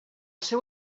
seu